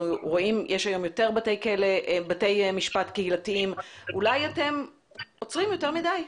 יש היום יותר בתי משפט קהילתיים ואולי אתם עוצרים יותר מדי?